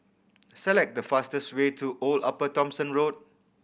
select the fastest way to Old Upper Thomson Road